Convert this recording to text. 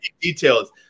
details